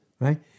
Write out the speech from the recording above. right